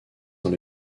dans